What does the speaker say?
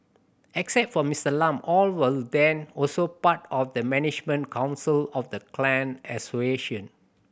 except for Mister Lam all were then also part of the management council of the clan association